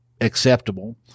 acceptable